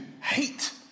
hate